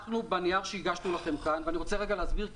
אנחנו בנייר שהגשנו לכם כאן ואני רוצה רגע להסביר,